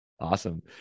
Awesome